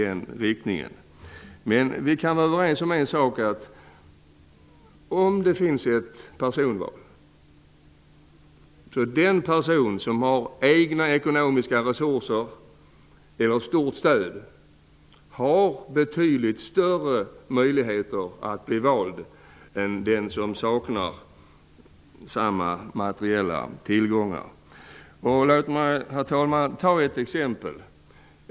En sak kan vi vara överens om: Om vi får ett personval innebär det att den person som har egna ekonomiska resurser eller starkt stöd har betydligt större möjligheter att bli vald än den som saknar materiella tillgångar. Låt mig ta ett exempel.